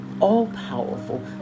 all-powerful